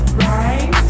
right